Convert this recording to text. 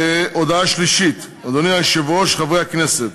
הודעה שלישית: אדוני היושב-ראש, חברי הכנסת,